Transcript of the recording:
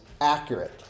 accurate